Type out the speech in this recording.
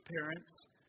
parents